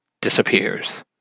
disappears